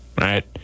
Right